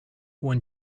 when